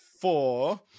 four